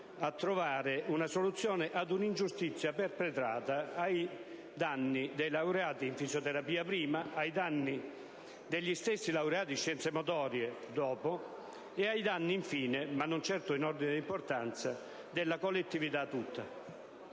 a trovare una soluzione ad un'ingiustizia perpetrata ai danni dei laureati in fisioterapia, prima, ai danni degli stessi laureati in scienze motorie, dopo, e ai danni, infine, ma non certo in ordine di importanza, della collettività tutta.